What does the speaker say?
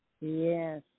Yes